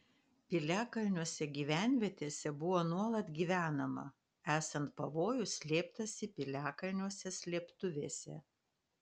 piliakalniuose gyvenvietėse buvo nuolat gyvenama esant pavojui slėptasi piliakalniuose slėptuvėse